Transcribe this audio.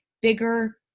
bigger